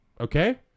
okay